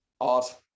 art